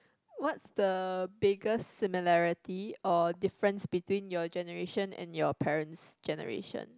what's the biggest similarity or difference between your generation and your parent's generation